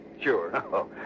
Sure